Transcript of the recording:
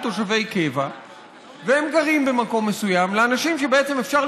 תושבי קבע והם גרים במקום מסוים לאנשים שבעצם אפשר